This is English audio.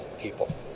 people